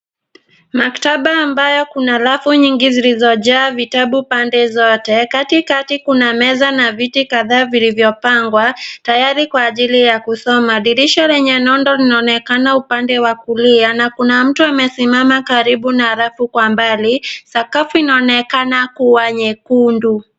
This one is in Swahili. Maktaba ambayo kuna rafu nyingi zilizojaa vitabu pande zote, katikati kuna meza na viti kadhaa vilivyopangwa tayari kwa ajili ya kusoma. Dirisha lenye nondo linaonekana upande wa kulia na kuna mtu amesimama karibu na rafu kwa mbali, sakafu inaonekana kuwa nyekundu.